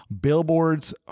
billboards